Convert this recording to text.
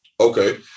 Okay